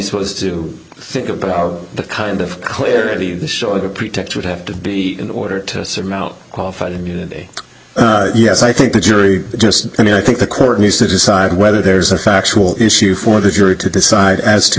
supposed to think about the kind of clearly the shorter pretext would have to be in order to surmount qualified immunity yes i think the jury just i mean i think the court needs to decide whether there's a factual issue for the jury to decide as to